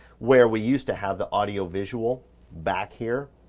where we used to have the audio visual back here,